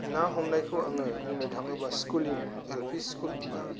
ना हमनायखौ आङो बुंनो थाङोबा स्कुलिं एलपि स्कुल बा